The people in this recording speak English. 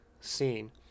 scene